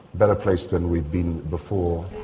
better placed than we've been before.